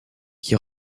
qui